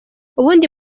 ubundi